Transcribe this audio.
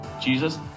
Jesus